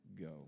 go